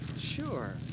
Sure